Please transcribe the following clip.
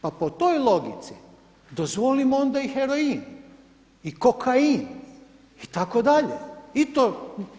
Pa po toj logici dozvolimo onda i heroin i kokain itd. i to